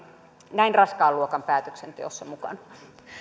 näin raskaan luokan päätöksenteossa mukana